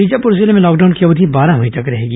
बीजापुर जिले में लॉकडाउन की अवधि बारह मई तक रहेगी